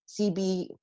CB